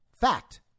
fact